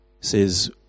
says